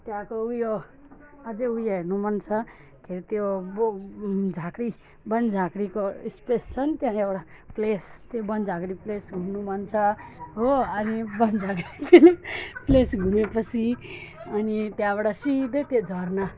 त्यहाँको उयो अझै उयो हेर्नु मन छ के अरे बो झाँक्री बनझाँक्रीको स्पेस छ नि त्यहाँ एउटा प्लेस त्यो बनझाँक्री प्लेस घुम्नु मन छ हो अनि बनझाँक्री प्लेस घुमेपछि अनि त्यहाँबाट सिधै त्यो झरना